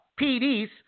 PDs